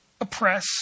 oppress